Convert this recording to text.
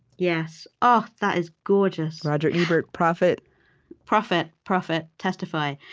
yes, oh, that is gorgeous roger ebert, prophet prophet, prophet. testify.